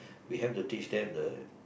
we have to teach them the